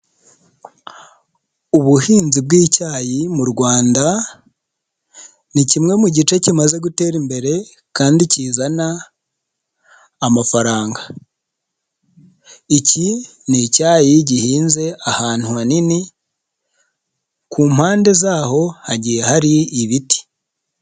UbuhInzi bw'icyayi mu Rwanda ni kimwe mu gice kimaze gutera imbere kandi kizana amafaranga. Iki ni icyayi gihinze ahantu hanini ku mpande zaho hagiye hari ibiti.